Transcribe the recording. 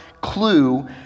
clue